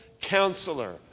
counselor